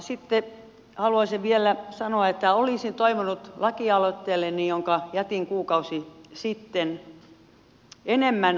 sitten haluaisin vielä sanoa että olisin toivonut lakialoitteelleni jonka jätin kuukausi sitten enemmän allekirjoittajia